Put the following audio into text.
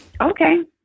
Okay